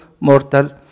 mortal